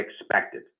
expected